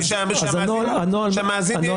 בגדול, הנוהל